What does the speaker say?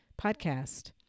podcast